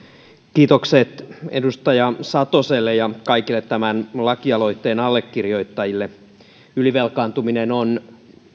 kiitokset edustaja satoselle ja kaikille tämän lakialoitteen allekirjoittajille ylivelkaantuminen on